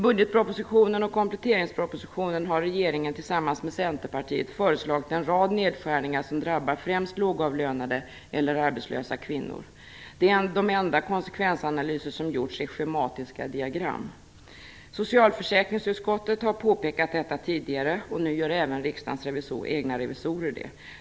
I budgetpropositionen och kompletteringspropositionen har regeringen tillsammans med Centerpartiet föreslagit en rad nedskärningar som drabbar främst lågavlönade eller arbetslösa kvinnor. De enda konsekvensanalyser som gjorts är schematiska diagram. Socialförsäkringsutskottet har påpekat detta tidigare, och nu gör även riksdagens egna revisorer det.